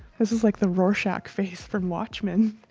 this is like the rorschach face from watchmen.